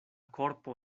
korpo